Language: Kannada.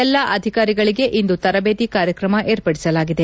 ಎಲ್ಲಾ ಅಧಿಕಾರಿಗಳಿಗೆ ಇಂದು ತರಬೇತಿ ಕಾರ್ಯಕ್ರಮ ಏರ್ಪಡಿಸಲಾಗಿದೆ